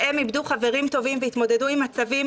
בהם איבדו חברים טובים והתמודדו עם מצבים